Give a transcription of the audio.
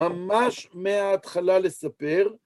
ממש מההתחלה לספר.